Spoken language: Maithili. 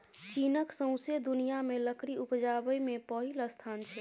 चीनक सौंसे दुनियाँ मे लकड़ी उपजाबै मे पहिल स्थान छै